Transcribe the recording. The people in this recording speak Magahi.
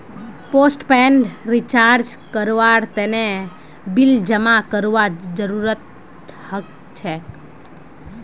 पोस्टपेड रिचार्ज करवार तने बिल जमा करवार जरूरत हछेक